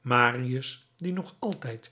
marius die nog altijd